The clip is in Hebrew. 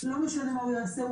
לא משנה מה הוא יעשה,